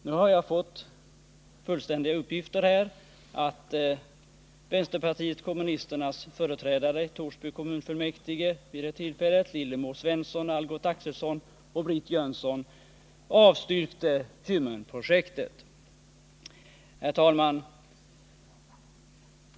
Nu har jag fått fullständiga uppgifter, att vänsterpartiet kommunisternas företrädare i Torsby kommunfullmäktige vid det tillfället — Lillemor Svensson, Algot Axelsson och Britt Jönsson — avstyrkte Kymmenprojektet. Herr talman!